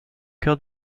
heures